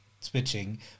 switching